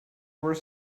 were